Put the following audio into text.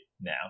now